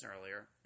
earlier